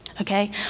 okay